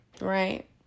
right